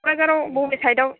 क'क्राझाराव बबे साइड आव